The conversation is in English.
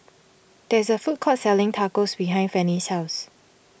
there is a food court selling Tacos behind Fannie's house